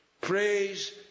Praise